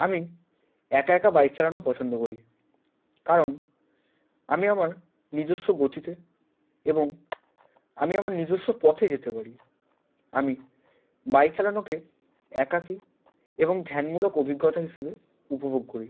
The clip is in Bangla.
আমি একা একা বাইক চালানো পছন্দ করি কারণ আমি আমার নিজস্ব গতিতে এবং আমি আমার নিজস্ব পথে যেতে পারি আমি বাইক চালানোকে একাকী এবং ধ্যানমূলক অভিজ্ঞতা হিসেবে উপভোগ করি